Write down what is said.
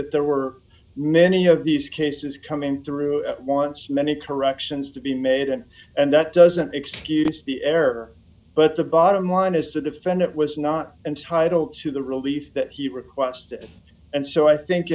that there were many of these cases coming through at once many corrections to be made and and that doesn't excuse the error but the bottom line is the defendant was not entitle to the relief that he requested and so i think